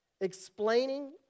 explaining